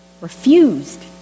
refused